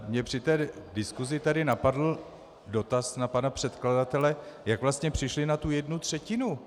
Mě při té diskusi tady napadl dotaz na pana předkladatele, jak vlastně přišli na tu jednu třetinu.